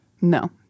No